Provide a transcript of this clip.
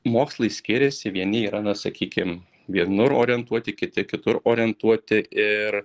mokslai skiriasi vieni yra na sakykim vienur orientuoti kiti kitur orientuoti ir